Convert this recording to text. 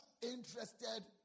interested